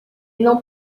não